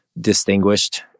distinguished